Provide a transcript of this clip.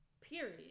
period